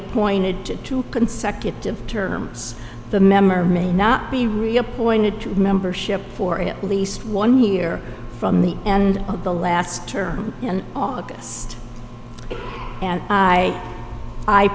appointed to two consecutive terms the member may not be reappointed to membership for at least one year from the end of the last term in august and i i